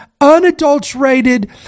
unadulterated